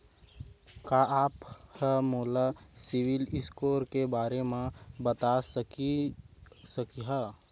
का आप हा मोला सिविल स्कोर के बारे मा बता सकिहा?